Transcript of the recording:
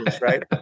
right